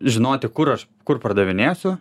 žinoti kur aš kur pardavinėsiu